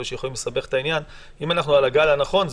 שיכולים לסבך את העניין אם אנחנו על הגל הנכון,